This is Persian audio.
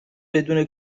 بدون